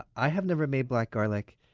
i have never made black garlic.